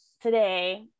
today